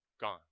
gone